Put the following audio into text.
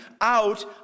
out